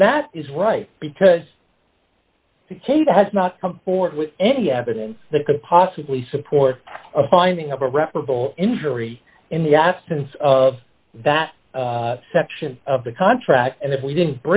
and that is right because he has not come forth with any evidence that could possibly support a finding of a reputable injury in the absence of that section of the contract and that we didn't